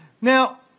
Now